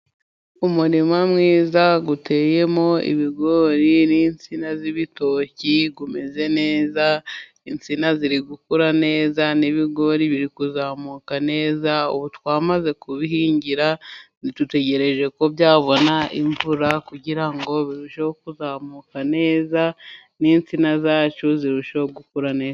Umurima mwiza uteyemo ibigori n'insina z'ibitoki umeze neza. Insina ziri gukura neza ,n'ibigori biri kuzamuka neza. Ubu twamaze kubihingira, dutegereje ko byabona imvura kugira ngo birusheho kuzamuka neza, n'insina zacu zirusheho gukura neza.